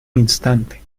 instante